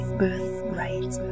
birthright